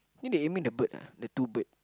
then they aiming the bird ah the two bird